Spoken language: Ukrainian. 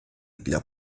для